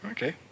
Okay